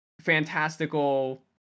fantastical